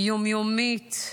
יום-יומית,